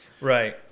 Right